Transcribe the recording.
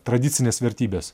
tradicines vertybes